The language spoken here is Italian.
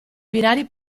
binari